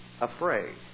Afraid